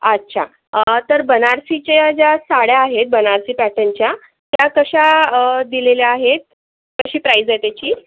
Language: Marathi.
अच्छा तर बनारसीच्या ज्या साड्या आहेत बनारसी पॅटर्नच्या त्या कशा दिलेल्या आहेत कशी प्राइज आहे त्याची